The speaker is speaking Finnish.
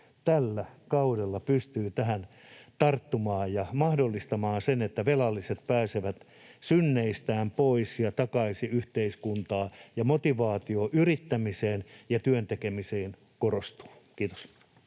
tällä kaudella pystyy tähän tarttumaan ja mahdollistamaan sen, että velalliset pääsevät synneistään pois ja takaisin yhteiskuntaan ja motivaatio yrittämiseen ja työn tekemiseen korostuu. — Kiitos.